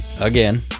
Again